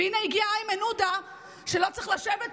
והינה הגיע איימן עודה שלא צריך לשבת פה,